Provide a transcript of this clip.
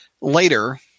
later